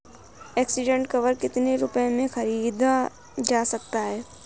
Accident cover कितने रुपए में खरीदा जा सकता है?